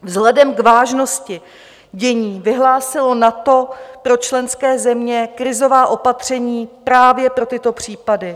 Vzhledem k vážnosti dění vyhlásilo NATO pro členské země krizová opatření právě pro tyto případy.